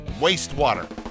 wastewater